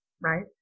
right